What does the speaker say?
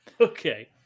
Okay